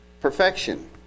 perfection